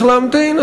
צריך להמתין,